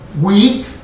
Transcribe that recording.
weak